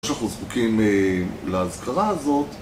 אנחנו זקוקים להזכרה הזאת